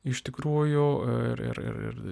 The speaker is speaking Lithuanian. iš tikrųjų ir ir ir